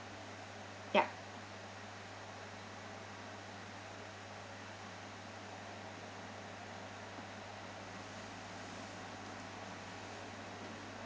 ya